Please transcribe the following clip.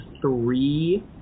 three